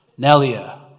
Nelia